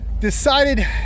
Decided